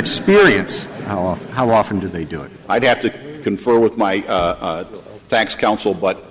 experience how often how often do they do it i'd have to confer with my facts counsel but